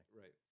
right